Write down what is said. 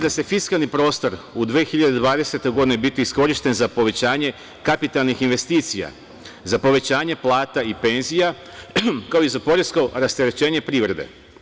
da će fiskalni prostor u 2020. godini biti iskorišćen za povećanje kapitalnih investicija, za povećanje plata i penzija, kao i za poresko rasterećenje privrede.